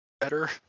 better